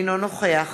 אינו נוכח